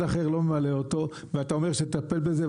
אחר לא ממלא אותו ואתה אומר שתטפל בזה,